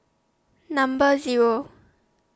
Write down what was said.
Number Zero